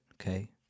okay